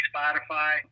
Spotify